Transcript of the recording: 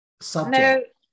subject